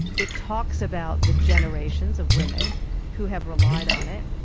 it talks about the generations of women who have relied on it.